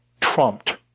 trumped